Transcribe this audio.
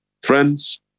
Friends